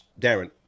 Darren